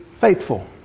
faithful